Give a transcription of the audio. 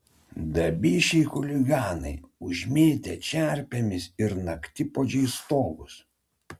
dabišiai chuliganai užmėtę čerpėmis ir naktipuodžiais stogus